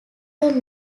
were